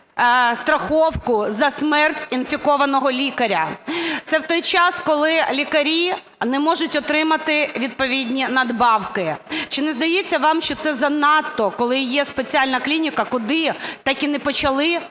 страховку за смерть інфікованого лікаря. Це в той час, коли лікарі не можуть отримати відповідні надбавки. Чи на здається вам, що це занадто, коли є спеціальна клініка, куди так і не почали